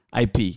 IP